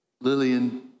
Lillian